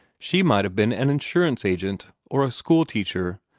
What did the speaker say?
she might have been an insurance agent, or a school-teacher,